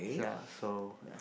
ya so ya